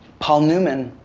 paul newman.